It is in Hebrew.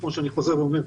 כמו שאני חוזר ואומר,